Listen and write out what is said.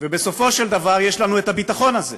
ובסופו של דבר יש לנו את הביטחון הזה.